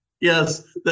Yes